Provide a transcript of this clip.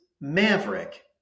maverick